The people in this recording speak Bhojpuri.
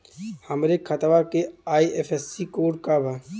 हमरे खतवा के आई.एफ.एस.सी कोड का बा?